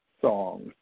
songs